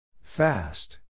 Fast